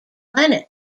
lenin